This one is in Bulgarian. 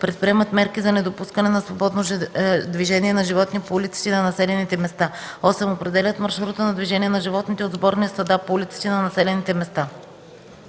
предприемат мерки за недопускане на свободно движение на животни по улиците на населените места; 8. определят маршрута на движение на животните от сборни стада по улиците на населените места.”